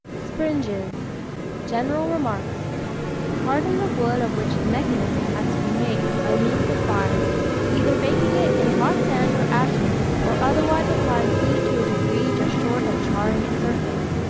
springes general remarks harden the wood of which the mechanism has to be made, by means of fire either baking it in hot sand or ashes, or otherwise applying heat to a degree just short of charring its surface.